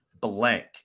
blank